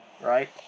right